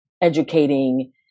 educating